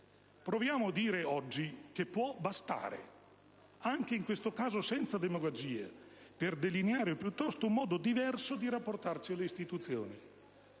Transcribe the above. Proviamo a dire oggi che può bastare: anche in questo caso, senza demagogie, ma per delineare piuttosto un modo diverso di rapportarci alle istituzioni.